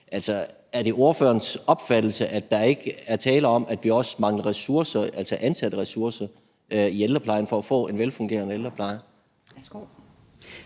Altså, er det ordførerens opfattelse, at der ikke er tale om, at vi også mangler ressourcer, altså medarbejderressourcer, i ældreplejen for at få en velfungerende ældrepleje?